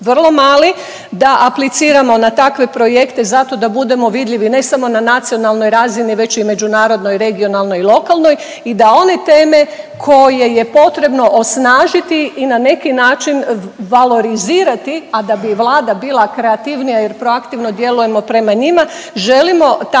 vrlo mali, da apliciramo na takve projekte zato da budemo vidljivi, ne samo na nacionalnoj razini već i međunarodnoj, regionalnoj i lokalnoj i da one teme koje je potrebno osnažiti i na neki način valorizirati, a da bi Vlada bila kreativnija jer proaktivno djelujemo prema njima, želimo takav